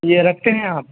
یہ رکھتے ہیں آپ